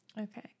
Okay